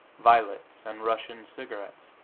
violets and russian cigarettes.